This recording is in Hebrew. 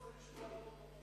לשמוע מה הוא אומר.